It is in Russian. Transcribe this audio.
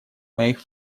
моих